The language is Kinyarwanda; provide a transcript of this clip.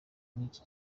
nk’iki